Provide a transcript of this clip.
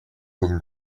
comme